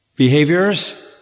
behaviors